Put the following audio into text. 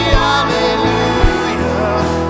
hallelujah